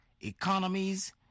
economies